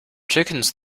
chickens